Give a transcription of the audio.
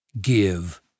give